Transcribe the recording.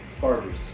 barbers